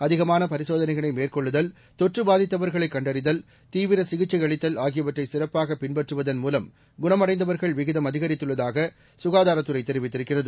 அதிகமானபரிசோதனைகளைமேற்கொள்ளுதல் தொற்றுபாதித்தவர்களைகண்டறிதல் தீவிரசிகிச்சைஅளித்தல்ஆகியவற்றைசிறப்பாகபின்பற்றுவதன்மூலம் குணம்அடைந்தவர்கள்விகிதம்அதிகரித்துள்ளதாகசுகாதாரத்துறைதெரிவித்திருக்கிறது